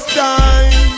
time